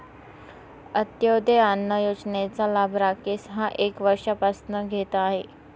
अंत्योदय अन्न योजनेचा लाभ राकेश हा एक वर्षापासून घेत आहे